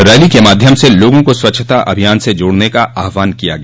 rally के माध्यम से लोगों को स्वच्छता अभियान से जोड़ने का आह्वान किया गया